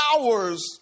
hours